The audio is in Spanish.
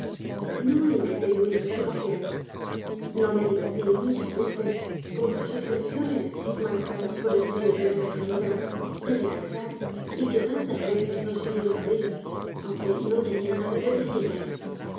no alimenté yo mismo su pasión no me divertí muchas veces con sus espresiones marcadas con el sello de la naturalidad y de la verdad y que tantas veces nos hicieron reir aunque nada tenian de risible